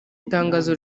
tangazo